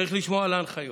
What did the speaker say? צריך לשמור על ההנחיות.